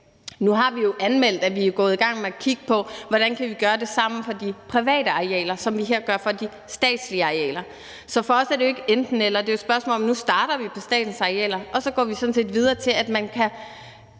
Nu har vi jo anmeldt, at vi er gået i gang med at kigge på, hvordan vi kan gøre det samme på de private arealer, som vi her gør på de statslige arealer. Så for os er det jo ikke et enten-eller; det er et spørgsmål om, at nu starter vi på statens arealer, og så går vi sådan set videre til, at man